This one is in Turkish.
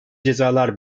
cezalar